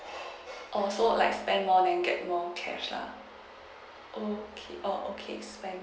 oh so like spend more then get more cash lah okay oh okay spend